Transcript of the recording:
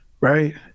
right